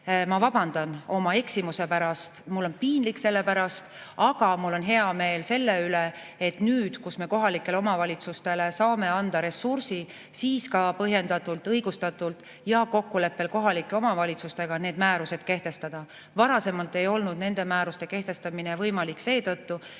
Ma vabandan oma eksimuse pärast, mul on selle pärast piinlik. Aga mul on hea meel selle üle, et nüüd, kus me saame kohalikele omavalitsustele anda ressurssi, saame ka põhjendatult, õigustatult ja kokkuleppel kohalike omavalitsustega need määrused kehtestada. Varem ei olnud nende määruste kehtestamine võimalik seetõttu,